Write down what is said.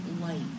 light